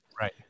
right